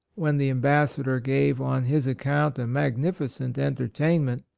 when the ambassador gave on his account a magnificent en tertainment,